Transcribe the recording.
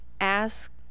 ask